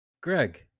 Greg